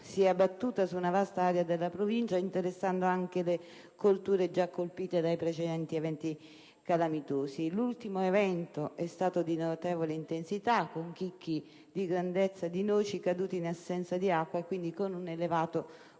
si è abbattuta su una vasta area della Provincia, interessando anche le colture già colpite da precedenti eventi calamitosi. L'ultimo evento è stato di notevole intensità, con chicchi della grandezza di noci caduti in assenza di acqua e quindi con un elevato potere